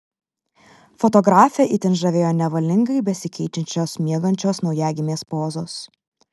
fotografę itin žavėjo nevalingai besikeičiančios miegančios naujagimės pozos